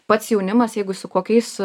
pats jaunimas jeigu su kokiais